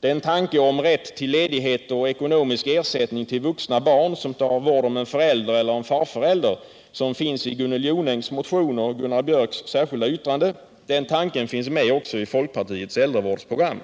Den tanke om rätt till ledighet och ekonomisk ersättning till vuxna barn som tar vård om en förälder eller moreller farförälder som finns i Gunnel Jonängs motion och i det särskilda yttrandet av Gunnar Biörck i Värmdö finns med också i folkpartiets äldrevårdsprogram.